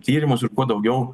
tyrimus ir kuo daugiau